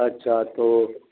अच्छा तो